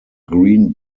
green